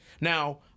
Now